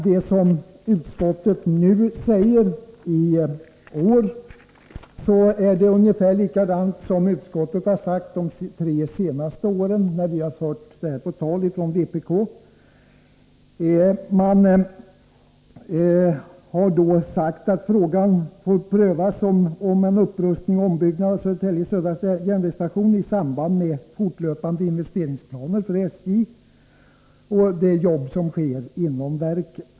Det som utskottet säger i år är ungefär likadant som det utskottet har sagt de tre senaste åren när vi från vpk har fört detta på tal. Man har sagt att frågan om en upprustning och ombyggnad av Södertälje Södra järnvägsstation får prövas i samband med fortlöpande investeringsplaner för SJ och det arbete som sker inom verket.